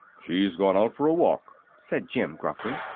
she's gone out for a walk, said jim, gruffly.